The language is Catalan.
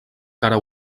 cara